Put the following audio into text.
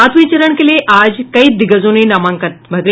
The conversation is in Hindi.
सातवें चरण के लिए आज कई दिग्गजों ने नामांकन पत्र भरा